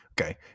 Okay